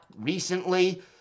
recently